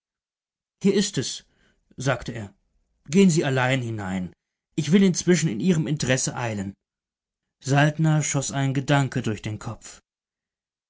hier ist es sagte er gehen sie allein hinein ich will inzwischen in ihrem interesse eilen saltner schoß ein gedanke durch den kopf